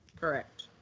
Correct